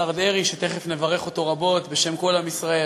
השר דרעי, שתכף נברך אותו רבות בשם כל עם ישראל,